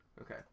Okay